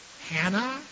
Hannah